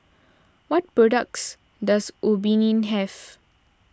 what products does Obimin have